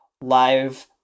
live